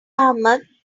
ahmed